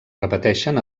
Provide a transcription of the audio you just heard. repeteixen